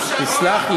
ניסן,